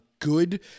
Good